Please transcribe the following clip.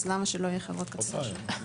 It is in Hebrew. אז למה שלא יהיו חברות כרטיסי אשראי?